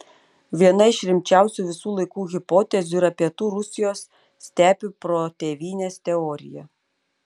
viena iš rimčiausių visų laikų hipotezių yra pietų rusijos stepių protėvynės teorija